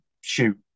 shoot